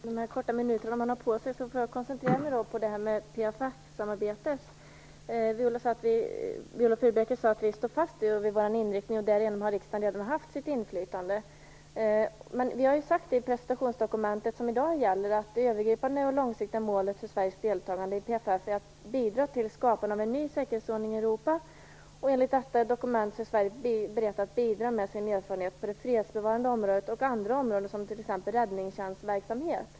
Herr talman! Eftersom repliktiden bara är en minut lång får jag koncentrera mig på PFF-samarbetet. Viola Furubjelke sade att Sverige står fast vid sin inriktning, och därigenom har riksdagen redan haft ett inflytande. I presentationsdokumentet, som i dag gäller, står det att det övergripande och långsiktiga målet för Sveriges deltagande i PFF är att bidra till skapandet av en ny säkerhetsordning i Europa. Enligt detta dokument är Sverige berett att bidra med sin erfarenhet på det fredsbevarande området och andra områden såsom t.ex. räddningstjänstsverksamhet.